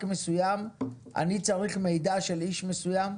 מסוים כי הוא צריך מידע של איש מסוים.